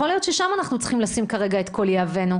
יכול להיות שאנחנו צריכים לשים שם את כל יהבנו.